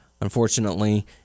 unfortunately